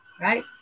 Right